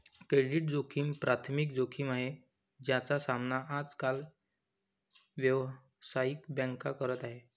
credit जोखिम प्राथमिक जोखिम आहे, ज्याचा सामना आज काल व्यावसायिक बँका करत आहेत